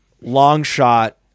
long-shot